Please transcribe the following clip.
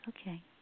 Okay